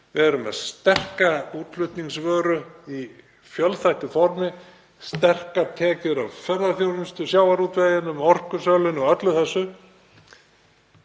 verulega sterka útflutningsvöru í fjölþættu formi, sterkar tekjur af ferðaþjónustu, sjávarútveginum, orkusölunni og öllu þessu.